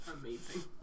Amazing